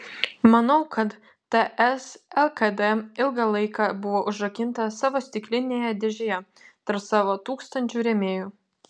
manau kad ts lkd ilgą laiką buvo užrakinta savo stiklinėje dėžėje tarp savo tūkstančių rėmėjų